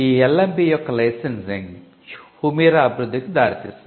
LMB యొక్క licensing Humira అభివృద్ధికి దారితీసింది